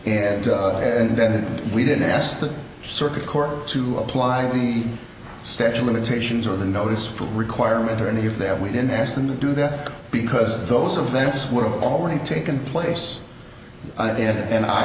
and then we didn't ask the circuit court to apply the statue limitations or the notice requirement or any of that we didn't ask them to do that because those events would have already taken place and it and i